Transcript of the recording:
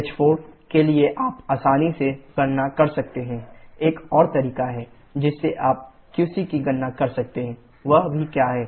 h4 के लिए आप आसानी से गणना कर सकते हैं एक और तरीका है जिससे आप qC की गणना कर सकते हैं वह भी क्या है